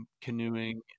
canoeing